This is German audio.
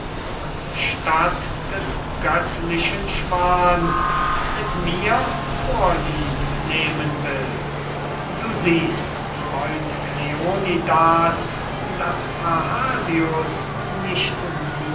und statt des göttlichen schwans mit mir vorlieb nehmen will du siehst freund kleonidas daß parrhasius nicht nur